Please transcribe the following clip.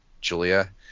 Julia